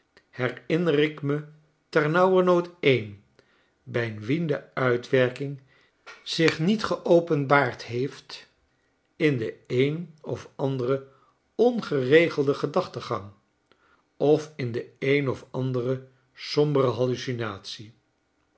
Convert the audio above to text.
herinner ik me ternauwernood een bij wien de uitwerking zich niet geopenbaard heeft in den een of anderen ongeregelden gedachtengang of in de een of andere sombere hallucinatie